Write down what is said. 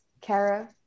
Kara